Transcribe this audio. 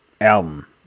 album